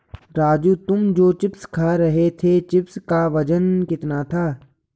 राजू तुम जो चिप्स खा रहे थे चिप्स का वजन कितना था?